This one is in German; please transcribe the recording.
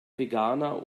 veganer